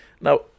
Now